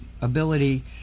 ability